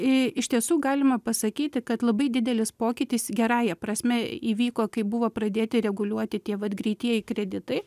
iš tiesų galima pasakyti kad labai didelis pokytis gerąja prasme įvyko kai buvo pradėti reguliuoti tie vat greitieji kreditai